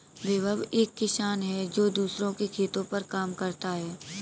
विभव एक किसान है जो दूसरों के खेतो पर काम करता है